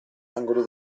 angoli